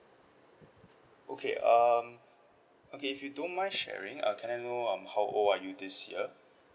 okay um okay if you don't mind sharing uh can I know um how old are you this year